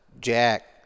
Jack